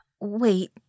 Wait